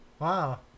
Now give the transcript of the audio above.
Wow